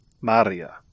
Maria